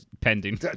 pending